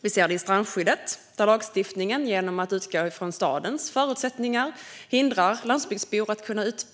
Vi ser det i fråga om strandskyddet, där lagstiftningen, genom att utgå från stadens förutsättningar, hindrar landsbygdsbor från att